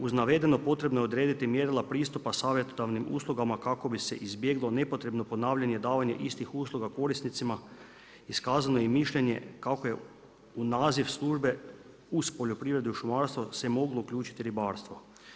Uz navedeno, potrebno je odrediti mjerila pristupa savjetodavnim uslugama kako bi se izbjeglo nepotrebno ponavljanje davanje istih usluga korisnicima, iskazano je mišljenje kako u naziv službe uz poljoprivredu i šumarstvo se moglo uključiti i ribarstvo.